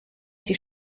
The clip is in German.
die